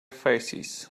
faces